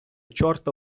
чорта